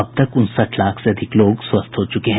अब तक उनसठ लाख से अधिक लोग स्वस्थ हो चुके हैं